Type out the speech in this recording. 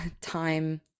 time